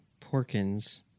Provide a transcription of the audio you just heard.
Porkins